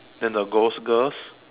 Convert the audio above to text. then the ghost girls